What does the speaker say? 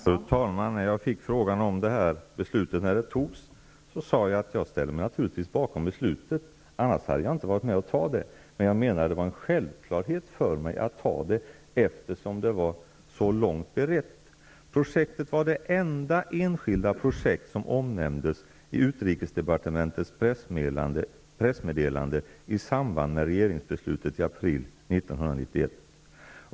Fru talman! När jag fick frågan om det här beslutet, när det togs, sade jag att jag naturligtvis ställde mig bakom beslutet -- annars hade jag inte varit med om att ta det. Men det var en självklarhet för mig att ta det, eftersom det var så långt berett. Projektet var det enda enskilda projekt som omnämndes i utrikesdepartementets pressmeddelande i samband med regeringsbeslutet i april 1991.